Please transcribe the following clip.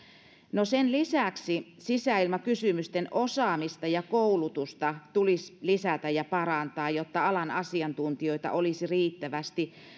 no sen lisäksi sisäilmakysymysten osaamista ja koulutusta tulisi lisätä ja parantaa jotta alan asiantuntijoita olisi riittävästi